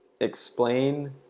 explain